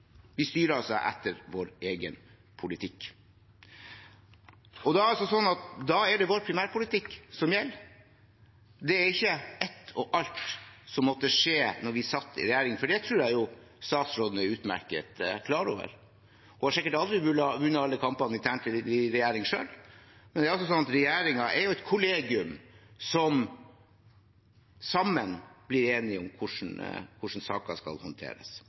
gjelder. Det er ikke ett og alt som måtte skje da vi satt i regjering – det tror jeg statsråden utmerket godt er klar over. Hun har sikkert aldri vunnet alle kampene internt i regjering selv. Det er altså sånn at regjeringen er et kollegium som sammen blir enige om hvordan saker skal håndteres,